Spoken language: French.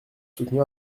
soutenir